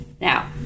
Now